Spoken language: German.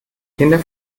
kinder